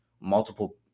multiple